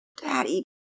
Daddy